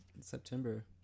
September